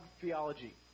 theology